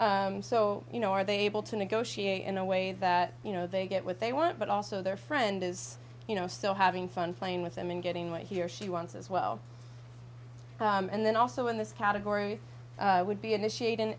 so you know are they able to negotiate in a way that you know they get what they want but also their friend is you know still having fun playing with them and getting what he or she wants as well and then also in this category would be initiat